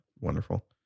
wonderful